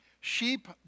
Sheep